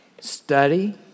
Study